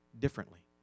differently